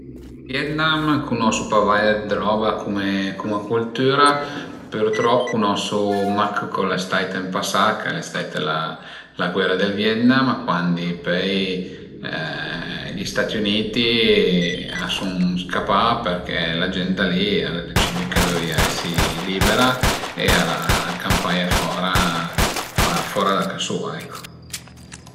Ël Vietnam cunosu pa vaire d'roba cume cultüra, pürtrop cunosu mach co al e stait ën pasà, ch'al e stait la la guera del Vietnam cuandi pöi gli Stati Uniti a scun scapà perché la gent da li al a decidü ch'a dëvìa esi libera e al a campaie fora fora da ca sua ecco